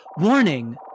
warning